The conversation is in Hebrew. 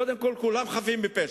קודם כול כולם חפים מפשע.